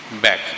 back